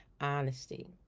honesty